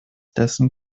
dessen